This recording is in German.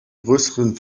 größeren